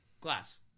glass